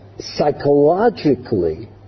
Psychologically